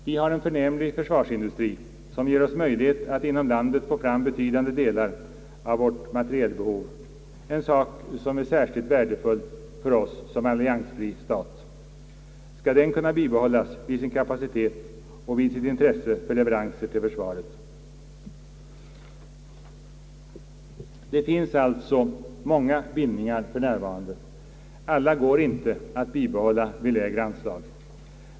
Vi har en förnärmlig försvarsindustri som ger oss möjlighet att inom landet få fram betydande delar av vårt materielbehov, en sak som är särskilt värdefull för oss som alliansfri stat. Skall den kunna bibehållas vid sin kapacitet och vid sitt intresse för leveranser till försvaret? Det finns alltså många bindningar för närvarande. Alla går inte att bibehålla vid lägre anslag.